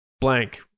blank